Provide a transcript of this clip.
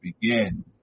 begin